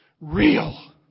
real